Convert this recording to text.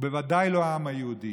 ובוודאי לא העם היהודי.